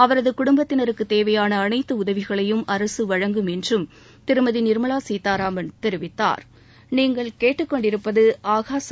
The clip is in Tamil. அவரது குடும்பத்தினருக்கு தேவையாள அனைத்து உதவிகளையும் அரசு வழங்கும் என்றும் திருமதி நிர்மலா சீத்தாராமன் தெரிவித்தாா்